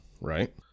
right